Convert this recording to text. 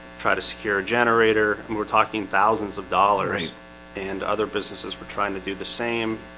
try to secure a generator and we're talking thousands of dollars and other businesses were trying to do the same